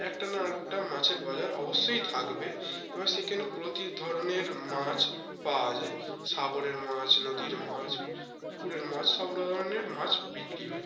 একটা না আর একটা মাছের বাজার অবশ্যই থাকবে এবার সেখানে প্রতি ধরনের মাছ পাওয়া যায় সাগরের মাছ নদীর মাছ পুকুরের মাছ সব ধরনের মাছ বিক্রি হয়